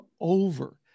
over